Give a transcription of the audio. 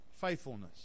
faithfulness